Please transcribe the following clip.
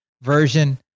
version